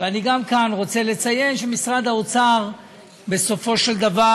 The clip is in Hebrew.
ואני גם כאן רוצה לציין שמשרד האוצר בסופו של דבר